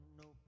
no